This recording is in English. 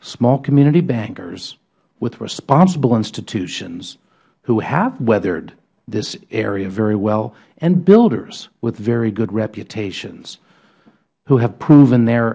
small community bankers with responsible institutions who have weathered this area very well and builders with very good reputations who have proven their